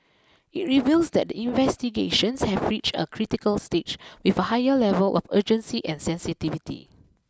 it reveals that the investigations have reached a critical stage with a higher level of urgency and sensitivity